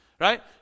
right